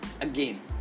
again